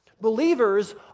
Believers